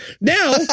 Now